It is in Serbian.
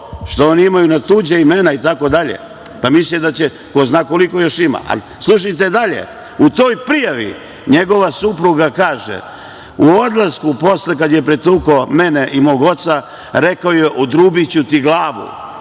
što oni imaju na tuđa imena itd, pa misle da će, ko zna koliko još ima. Slušajte dalje. U toj prijavi njegova supruga kaže – u odlasku posle, kada je pretukao mene i mog oca, rekao je: „Odrubiću ti glavu“.